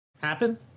happen